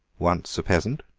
once a peasant,